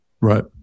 Right